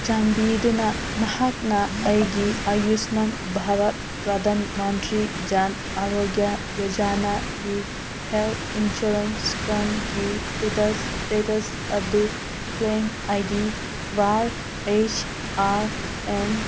ꯆꯥꯟꯕꯤꯗꯨꯅ ꯅꯍꯥꯛꯅ ꯑꯩꯒꯤ ꯑꯌꯨꯁꯃꯥꯟ ꯚꯥꯔꯠ ꯄ꯭ꯔꯙꯥꯟ ꯃꯟꯇ꯭ꯔꯤ ꯖꯥꯟ ꯑꯔꯣꯒ꯭ꯌꯥ ꯌꯣꯖꯥꯅꯥꯒꯤ ꯍꯦꯜ ꯍꯏꯏꯟꯁꯨꯔꯦꯟꯁ ꯀ꯭ꯂꯝꯒꯤ ꯏꯁꯇꯦꯇꯁ ꯇꯦꯇꯁ ꯑꯗꯨ claim I D Y S R and